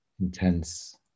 intense